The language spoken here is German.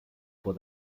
vor